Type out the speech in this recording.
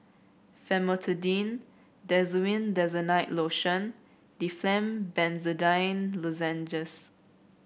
Famotidine Desowen Desonide Lotion Difflam Benzydamine Lozenges